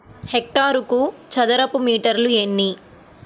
హెక్టారుకు చదరపు మీటర్లు ఎన్ని?